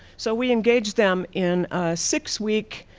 so we engaged them in a six-week,